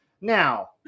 Now